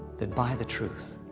that by the truth,